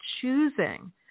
choosing